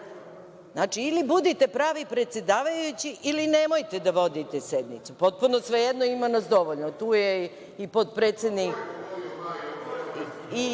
dana. Znači, ili budite pravi predsedavajući ili nemojte da vodite sednicu, potpuno je svejedno, ima nas dovoljno, tu je i potpredsednik